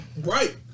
Right